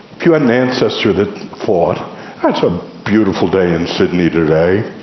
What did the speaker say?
if you had an ancestor that thought, it's a beautiful day in sydney today,